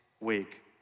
week